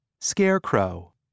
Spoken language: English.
scarecrow